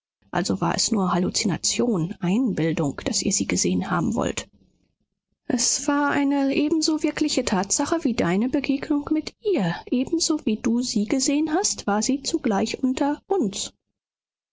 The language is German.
also war es nur halluzination einbildung daß ihr sie gesehen haben wollt es war eine ebenso wirkliche tatsache wie deine begegnung mit ihr ebenso wie du sie gesehen hast war sie zugleich unter uns